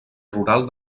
rural